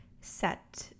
set